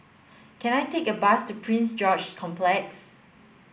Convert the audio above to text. can I take a bus to Prince George's Park